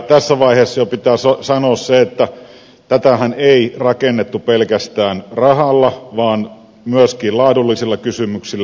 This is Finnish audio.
tässä vaiheessa jo pitää sanoa se että tätähän ei rakennettu pelkästään rahalla vaan myöskin laadullisilla kysymyksillä